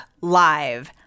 Live